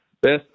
Best